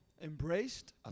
embraced